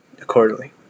accordingly